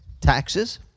taxes